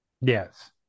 Yes